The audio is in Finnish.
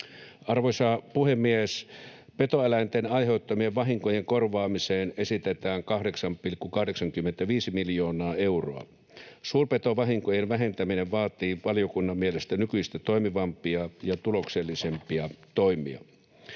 Arvoisa puhemies! Petoeläinten aiheuttamien vahinkojen korvaamiseen esitetään 8,85 miljoonaa euroa. Suurpetovahinkojen vähentäminen vaatii valiokunnan mielestä nykyistä toimivampia ja tuloksellisempia toimia.